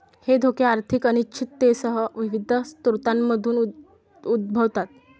हे धोके आर्थिक अनिश्चिततेसह विविध स्रोतांमधून उद्भवतात